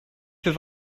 für